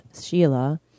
Sheila